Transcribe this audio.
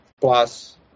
plus